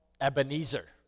Ebenezer